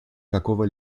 какого